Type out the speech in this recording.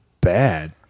bad